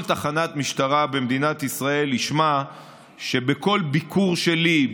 תחנת משטרה במדינת ישראל ישמע שבכל ביקור שלי,